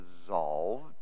resolved